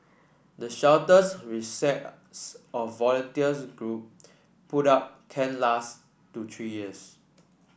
the shelters which sets of volunteer group put up can last to three years